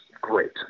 great